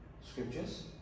scriptures